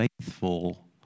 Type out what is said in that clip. Faithful